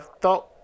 thought